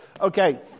Okay